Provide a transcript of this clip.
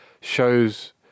shows